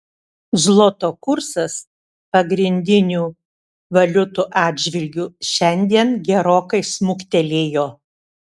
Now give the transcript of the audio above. zloto kursas pagrindinių valiutų atžvilgiu šiandien gerokai smuktelėjo